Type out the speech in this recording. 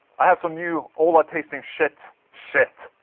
i have some new ola tasting shit shit